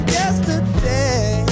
yesterday